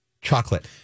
Chocolate